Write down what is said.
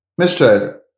Mr